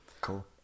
Cool